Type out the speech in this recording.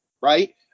right